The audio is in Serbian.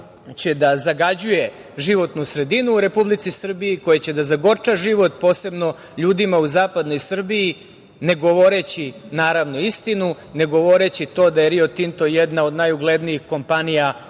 koja će da zagađuje životnu sredinu u Republici Srbiji, koja će da zagorča život posebno ljudima u zapadnoj Srbiji, ne govoreći, naravno, istinu, ne govoreći to da je „Rio Tinto“ jedna od najuglednijih kompanija u